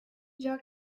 jag